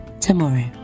tomorrow